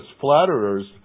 flatterers